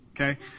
okay